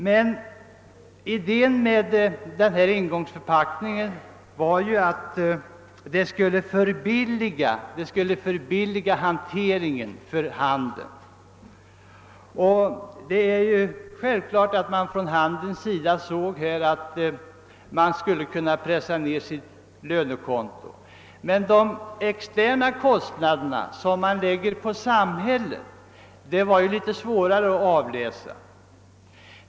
Tanken bakom denna engångsförpackning var att den skulle förbilliga hanteringen för handeln, och man fann naturligtvis också på det hållet att man skulle kunna pressa ned sitt lönekonto. De externa kostnaderna, som läggs på samhället, var emellertid litet svårare att avläsa.